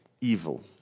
evil